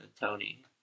Tony